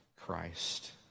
Christ